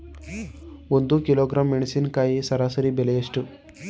ಒಂದು ಕಿಲೋಗ್ರಾಂ ಮೆಣಸಿನಕಾಯಿ ಸರಾಸರಿ ಬೆಲೆ ಎಷ್ಟು?